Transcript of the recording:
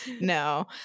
No